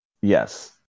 Yes